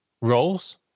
roles